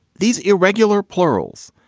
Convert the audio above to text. these irregular plurals.